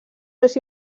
més